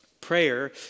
Prayer